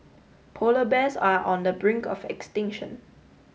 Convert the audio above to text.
polar bears are on the brink of extinction